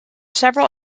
several